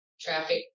Traffic